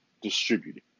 distributed